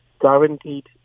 guaranteed